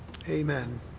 Amen